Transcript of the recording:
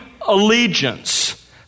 allegiance